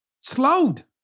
slowed